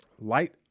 Light